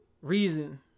Reason